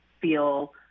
feel